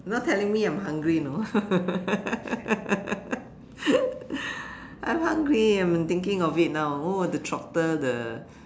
not telling me I'm hungry you know I'm hungry I'm thinking of it now oh the trotter the